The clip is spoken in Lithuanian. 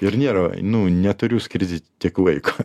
ir nėra nu neturiu skirti tiek laiko